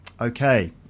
okay